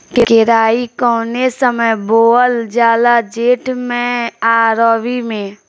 केराई कौने समय बोअल जाला जेठ मैं आ रबी में?